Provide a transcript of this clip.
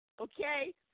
Okay